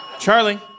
Charlie